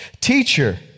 Teacher